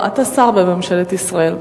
אתה שר בממשלת ישראל,